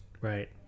Right